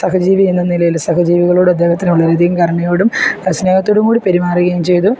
സഹജീവി എന്ന നിലയിൽ സഹജീവികളോട് അദ്ദേഹത്തിന് വളരെ അധികം കരുണയോടും സ്നേഹത്തോടും കൂടി പെരുമാറുകയും ചെയ്തു